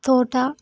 తోట